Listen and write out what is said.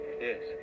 yes